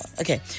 Okay